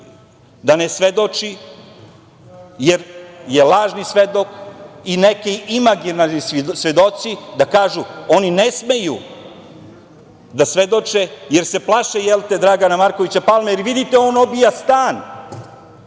da ne svedoči jer je lažni svedok i neki imaginarni svedoci da kažu da oni ne smeju da svedoče jer se plaše, jel te, Dragana Markovića Palme, jer vidite on obija stan,